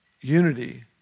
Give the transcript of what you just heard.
Unity